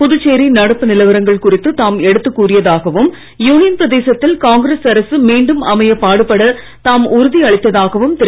புதுச்சேரி நடப்பு நிலவரங்கள் குறித்து தாம் எடுத்துக் கூறியதாகவும் யூனியன் பிரதேசத்தில் காங்கிரஸ் அரசு மீண்டும் அமையப் பாடுபட தாம் உறுதி அளித்தாகவும் திரு